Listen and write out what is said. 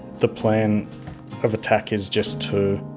the plan of attack is just to